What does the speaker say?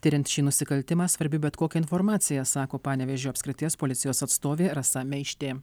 tiriant šį nusikaltimą svarbi bet kokia informacija sako panevėžio apskrities policijos atstovė rasa meištė